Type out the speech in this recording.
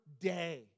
day